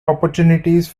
opportunities